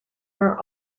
are